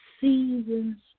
Seasons